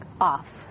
off